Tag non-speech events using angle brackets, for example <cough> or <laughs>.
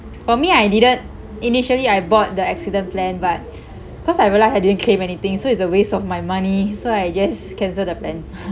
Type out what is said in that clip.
for me I didn't initially I bought the accident plan but cause I realised I didn't claim anything so it's a waste of my money so I just cancel the plan <laughs>